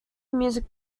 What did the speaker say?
music